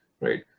right